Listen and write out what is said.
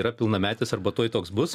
yra pilnametis arba tuoj toks bus